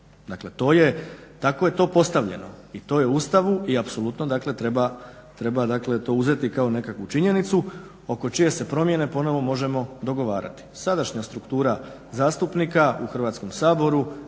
Dakle tako je to postavljeno i to je u Ustavu i apsolutno treba to uzeti kao nekakvu činjenicu oko čije se promjene ponovo možemo dogovarati. Sadašnja struktura zastupnika u Hrvatskom saboru